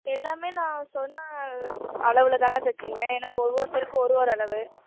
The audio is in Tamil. எல்லாமே நான் சொன்ன அளவில் தானே தைச்சிங்க ஏன்னால் ஒவ்வொருத்தருக்கும் ஒரு ஒரு அளவு